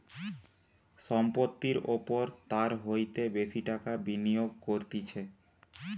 সম্পত্তির ওপর তার হইতে বেশি টাকা বিনিয়োগ করতিছে